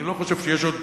אני לא חושב שיש עוד